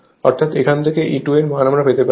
অর্থাৎ এখান থেকে E2 এর মান আমরা পেতে পারি